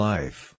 Life